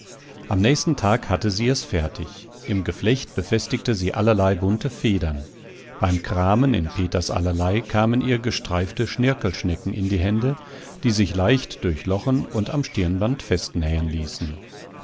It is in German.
am nächsten tag hatte sie es fertig im geflecht befestigte sie allerlei bunte federn beim kramen in peters allerlei kamen ihr gestreifte schnirkelschnecken in die hände die sich leicht durchlochen und am stirnband festnähen ließen